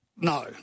No